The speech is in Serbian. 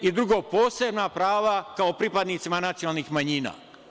Drugo, posebna prava kao pripadnicima nacionalnih manjina.